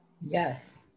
Yes